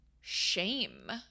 shame